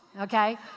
okay